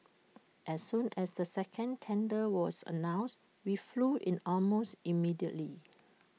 as soon as the second tender was announced we flew in almost immediately